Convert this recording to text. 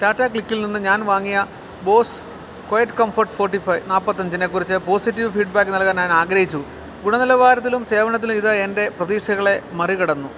ടാറ്റ ക്ലിക്കിൽ നിന്ന് ഞാൻ വാങ്ങിയ ബോസ് ക്വയറ്റ്കംഫർട്ട് ഫോർട്ടി ഫൈവ് നാൽപ്പത്തി അഞ്ചിനെ കുറിച്ച് പോസിറ്റീവ് ഫീഡ്ബാക്ക് നൽകാൻ ഞാൻ ആഗ്രഹിച്ചു ഗുണനിലവാരത്തിലും സേവനത്തിലും ഇത് എൻ്റെ പ്രതീക്ഷകളെ മറികടന്നു